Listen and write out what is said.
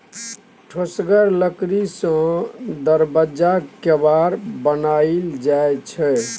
ठोसगर लकड़ी सँ दरबज्जाक केबार बनाएल जाइ छै